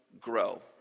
grow